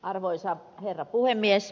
arvoisa herra puhemies